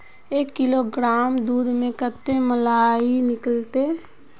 एक किलोग्राम दूध में कते मलाई निकलते?